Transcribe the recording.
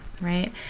Right